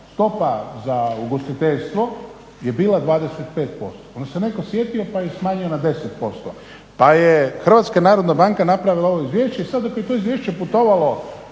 stopa za ugostiteljstvo je bila 25%. Onda se netko sjetio pa je smanjio na 10%, pa je Hrvatska narodna banka napravila ovo izvješće. I sad ako je to izvješće putovalo